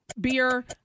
beer